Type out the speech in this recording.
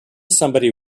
somebody